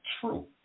true